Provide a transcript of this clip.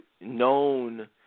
known